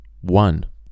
One